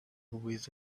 with